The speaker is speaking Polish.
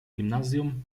gimnazjum